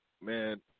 man